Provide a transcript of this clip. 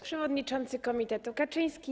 Przewodniczący Komitetu Kaczyński!